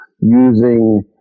using